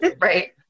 Right